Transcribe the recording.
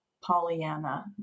pollyanna